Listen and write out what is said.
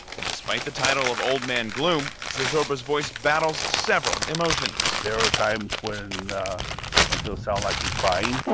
and despite the title of old man gloom, zozobra's voice battles several emotions there are times when when he'll sound like he's crying